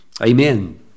Amen